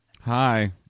Hi